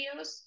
videos